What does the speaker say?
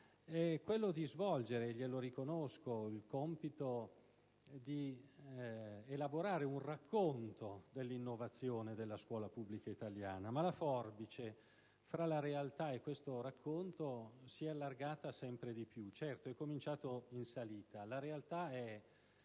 questo ministero è - glielo riconosco - assolvere al compito di elaborare un racconto dell'innovazione della scuola pubblica italiana, ma la forbice fra la realtà e questo racconto si è allargata sempre di più. Certo, è cominciato in salita. La realtà è